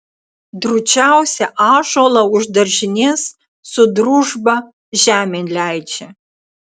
drūčiausią ąžuolą už daržinės su družba žemėn leidžia